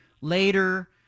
later